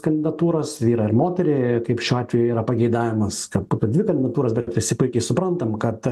kandidatūras vyrą ir moterį kaip šiuo atveju yra pageidavimas kad dvi kandidatūros bet visi puikiai suprantam kad